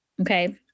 Okay